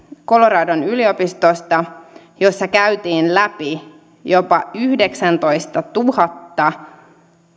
coloradon yliopistosta jossa käytiin läpi jopa yhdeksäntoistatuhatta